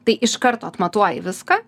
tai iš karto atmatuoji viską